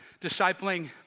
discipling